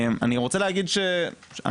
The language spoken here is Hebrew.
אני רוצה להגיד שאנחנו,